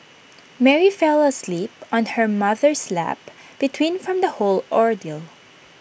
Mary fell asleep on her mother's lap between from the whole ordeal